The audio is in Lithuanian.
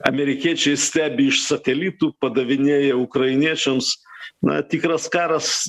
amerikiečiai stebi iš satelitų padavinėja ukrainiečiams na tikras karas